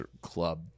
club